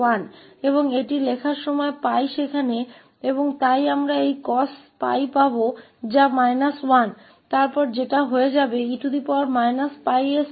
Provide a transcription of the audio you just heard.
और इसे 𝜋 लिखते समय और इसलिए हमें यह cos 𝜋 मिलेगा जो −1 है और फिर जो e 𝜋s पहला टर्म बन जाएगा